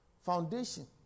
foundation